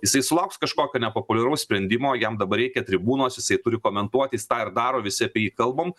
jisai sulauks kažkokio nepopuliaraus sprendimo jam dabar reikia tribūnos jisai turi komentuoti jis tą ir daro visi apie jį kalbam